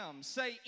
Say